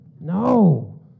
No